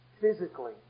physically